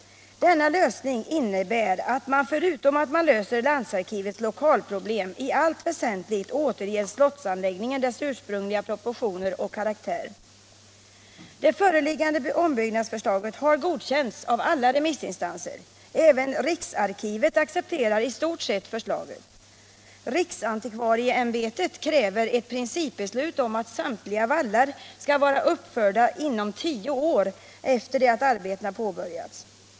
Denna lösning innebär att man förutom att man löser landsarkivets lokalproblem i allt väsentligt återger slottsanläggningen dess ursprungliga proportioner och karaktär. Det föreliggande ombyggnadsförslaget har godkänts av alla remissinstanser. Även riksarkivet accepterar i stort sett förslaget. Riksantikvarieämbetet kräver ett principbeslut om att samtliga vallar skall vara uppförda inom tio år efter det att arbetena påbörjats.